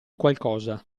qualcosa